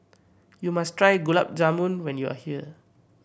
you must try Gulab Jamun when you are here